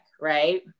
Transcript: Right